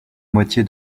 moitié